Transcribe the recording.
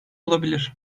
olabilir